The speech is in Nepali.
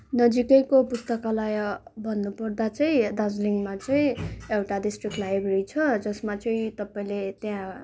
नजिकैको पुस्तकालय भन्नुपर्दा चाहिँ दार्जिलिङमा चाहिँ एउटा डिस्ट्रिक्ट लाइब्रेरी छ जसमा चाहिँ तपाईँले त्यहाँ